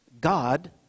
God